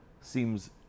seems